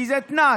כי זה תנאי,